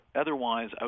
otherwise